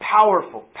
Powerful